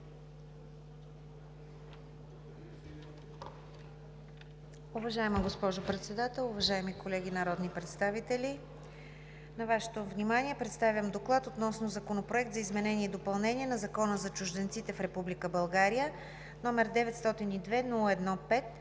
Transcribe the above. Уважаема госпожо Председател, уважаеми колеги народни представители! На Вашето внимание представям: „ДОКЛАД относно Законопроект за изменение и допълнение на Закона за чужденците в Република България, № 902-01-5,